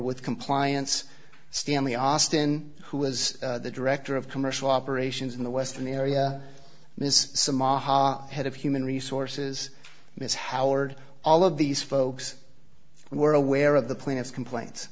with compliance stanley aston who was the director of commercial operations in the western area miss some aha head of human resources ms howard all of these folks were aware of the plans complain